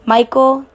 Michael